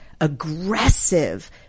aggressive